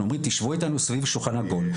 אנחנו אומרים תישבו איתנו סביב שולחן עגול,